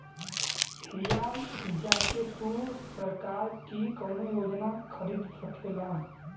हिया जा के तू सरकार की कउनो योजना खरीद सकेला